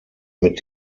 mit